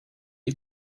die